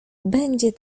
będzie